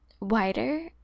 wider